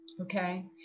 okay